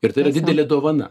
ir tai yra didelė dovana